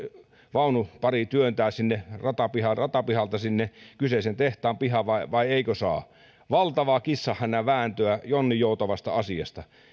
vaunu pari työntää siitä ratapihalta sinne kyseisen tehtaan pihaan vai vai eikö saa valtavaa kissanhännän vääntöä jonninjoutavasta asiasta